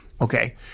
Okay